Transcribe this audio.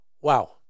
Wow